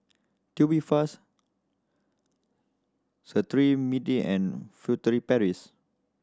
Tubifast Cetrimide and Furtere Paris